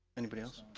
anybody else?